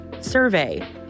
survey